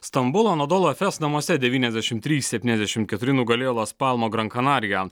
stambulo anadolu efes namuose devyniasdešimt trys septyniasdešim keturi nugalėjo las palmo gran kanariją